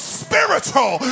spiritual